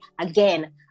Again